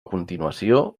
continuació